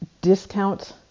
discount